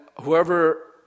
whoever